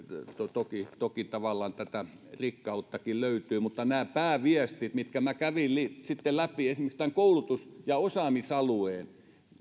niin että toki tavallaan tätä rikkauttakin löytyy mutta nämä pääviestit minä kävin sitten läpi esimerkiksi tämän koulutus ja osaamisalueen